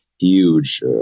huge